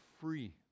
free